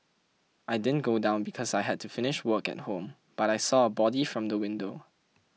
I didn't go down because I had to finish work at home but I saw a body from the window